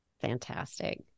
Fantastic